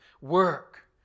Work